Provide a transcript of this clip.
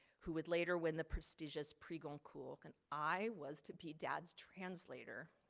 who would later win the prestigious pris goncourt and i was to be dad's translator.